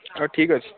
ହଉ ଠିକ୍ ଅଛି